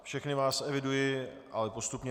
Všechny vás eviduji, ale postupně.